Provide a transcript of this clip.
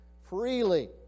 freely